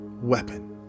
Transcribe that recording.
weapon